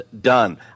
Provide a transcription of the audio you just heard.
done